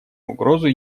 угрозу